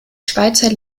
schweizer